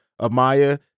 Amaya